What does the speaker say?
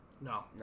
No